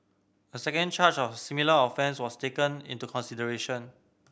a second charge of similar offence was also taken into consideration